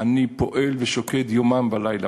אני פועל ושוקד יומם ולילה,